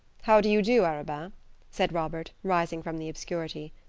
how do you do, arobin? said robert, rising from the obscurity.